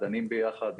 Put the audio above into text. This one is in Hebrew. דנים ביחד,